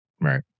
Right